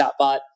chatbot